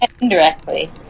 Indirectly